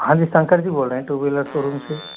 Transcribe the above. हाँ जी शंकर जी बोल रहे हैं टू व्हीलर सोरूम से